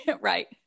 Right